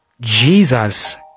Jesus